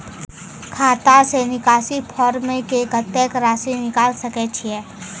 खाता से निकासी फॉर्म से कत्तेक रासि निकाल सकै छिये?